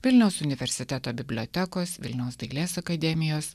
vilniaus universiteto bibliotekos vilniaus dailės akademijos